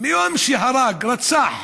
רצח